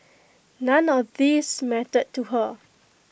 none of these mattered to her